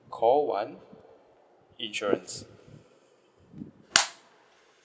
call one insurance